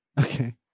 Okay